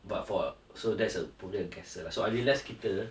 but for so that's a point on guesser lah so I realised kita